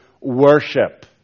worship